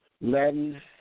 Latin